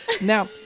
Now